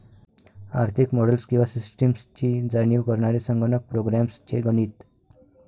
आर्थिक मॉडेल्स किंवा सिस्टम्सची जाणीव करणारे संगणक प्रोग्राम्स चे गणित